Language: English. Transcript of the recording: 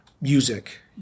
music